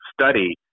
study